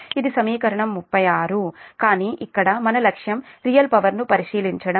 ఇది సమీకరణం 36 కానీ ఇక్కడ మన లక్ష్యం రియల్ పవర్ ను పరిశీలించడం